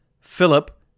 Philip